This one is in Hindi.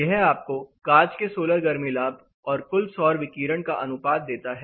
यह आपको कांच से सोलर गर्मी लाभ और कुल सौर विकिरण का अनुपात देता है